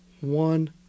one